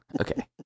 Okay